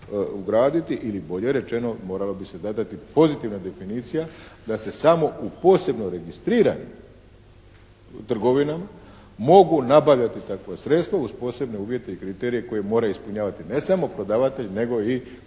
ugraditi ili bolje rečeno moralo bi se gledati pozitivna definicija da se samo u posebno registriranim mogu nabavljati takva sredstva uz posebne uvjete i kriterije koje mora ispunjavati ne samo prodavatelj nego i kupac,